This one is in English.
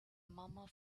murmur